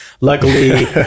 luckily